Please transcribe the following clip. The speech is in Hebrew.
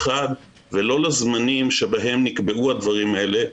ולא לזמנים שבהם נקבעו הדברים האלה,